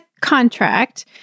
contract